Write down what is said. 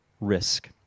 risk